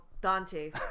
Dante